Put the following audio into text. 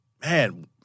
man